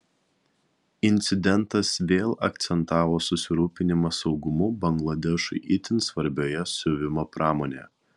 incidentas vėl akcentavo susirūpinimą saugumu bangladešui itin svarbioje siuvimo pramonėje